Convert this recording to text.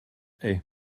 hais